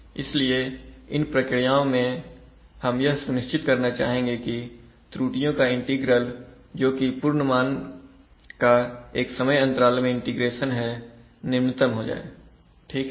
इसलिए इन प्रक्रियाओं में हम यह सुनिश्चित करना चाहेंगे कि त्रुटियों का इंटीग्रल जोकि त्रुटि के पूर्ण मान का एक समय अंतराल में इंटीग्रेशन है निम्नतम हो जाए ठीक है